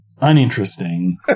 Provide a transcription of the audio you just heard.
uninteresting